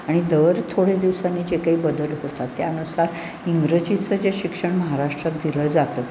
आणि दर थोडे दिवसांनी जे काही बदल होतात त्यानुसार इंग्रजीचं जे शिक्षण महाराष्ट्रात दिलं जातं